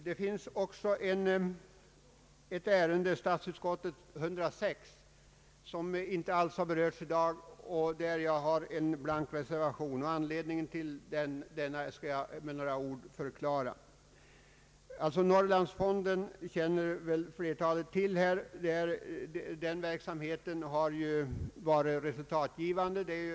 I ett annat ärende, nämligen statsutskottets utlåtande nr 106 som inte alls berörts i dag, har jag en blank reservation. Anledningen härtill skall jag med några ord förklara. Flertalet här känner väl till Norrlandsfonden. Dess verksamhet har ju varit resultatgivande.